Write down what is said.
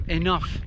enough